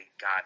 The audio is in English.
God